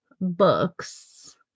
books